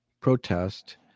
protest